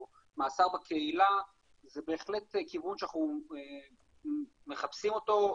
או מאסר בקהילה זה בהחלט כיוון שאנחנו מחפשים אותו,